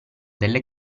delle